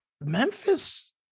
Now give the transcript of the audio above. Memphis